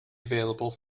available